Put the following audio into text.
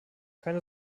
keine